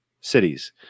cities